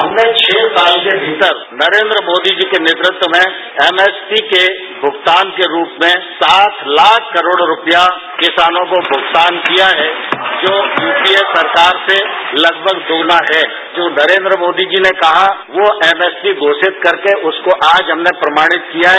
हमने छह साल के भीतर नरेन्द्र मोदी जी के नेतृत्व में एमएसपी के भुगतान के रूप में सात लाख करोड़ रुपया किसानों को भुगतान किया है जो यूपीए सरकार से लगभग दोगुना है जो नरेन्द्र मोदी जी ने कहा वो एमएसपी घोषित करके उसको आज हमने प्रमाणित किया है